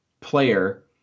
player